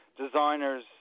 designers